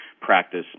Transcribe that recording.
practice